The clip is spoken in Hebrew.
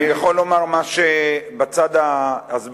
אני יכול לומר מה שבצד ההסברתי.